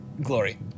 Glory